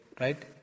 Right